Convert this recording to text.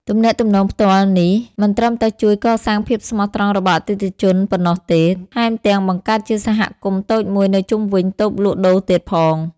ទំនាក់ទំនងផ្ទាល់នេះមិនត្រឹមតែជួយកសាងភាពស្មោះត្រង់របស់អតិថិជនប៉ុណ្ណោះទេ ថែមទាំងបង្កើតជាសហគមន៍តូចមួយនៅជុំវិញតូបលក់ដូរទៀតផង។